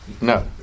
no